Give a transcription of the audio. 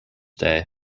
day